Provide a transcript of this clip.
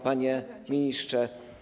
Panie Ministrze!